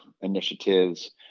initiatives